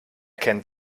kennt